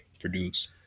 produce